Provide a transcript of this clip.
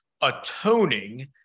atoning